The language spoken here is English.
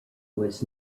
was